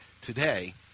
today